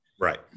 Right